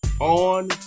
on